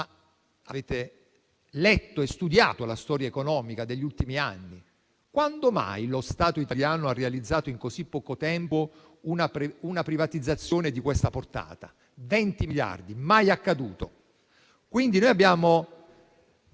ma avete letto e studiato la storia economica degli ultimi anni? Quando mai lo Stato italiano ha realizzato in così poco tempo una privatizzazione di tale portata? 20 miliardi: mai accaduto. Abbiamo